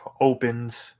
opens